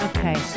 Okay